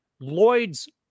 Lloyd's